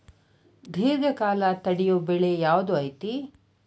ದೇರ್ಘಕಾಲ ತಡಿಯೋ ಬೆಳೆ ಯಾವ್ದು ಐತಿ?